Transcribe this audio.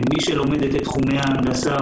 מי שלומדת את תחומי ההנדסה,